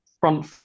front